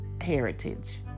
heritage